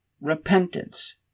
Repentance